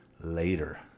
later